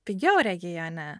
pigiau regione